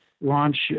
launch